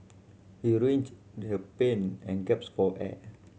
he writhed in pain and gasped for air